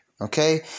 okay